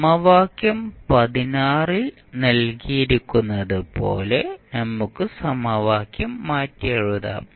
സമവാക്യം ൽനൽകിയിരിക്കുന്നതുപോലെ നമുക്ക് സമവാക്യം മാറ്റിയെഴുതാം